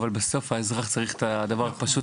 אבל בסוף האזרח צריך את הדבר הפשוט,